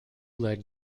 leg